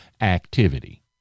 activity